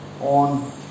on